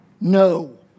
No